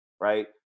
right